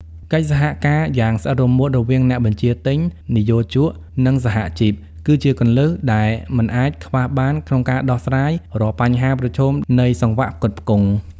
កិច្ចសហការយ៉ាងស្អិតរមួតរវាងអ្នកបញ្ជាទិញ និយោជក និងសហជីព គឺជាគន្លឹះដែលមិនអាចខ្វះបានក្នុងការដោះស្រាយរាល់បញ្ហាប្រឈមនៃសង្វាក់ផ្គត់ផ្គង់។